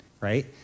right